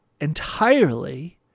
entirely